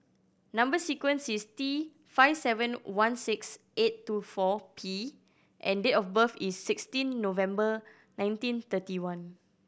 number sequence is T five seven one six eight two four P and date of birth is sixteen November nineteen thirty one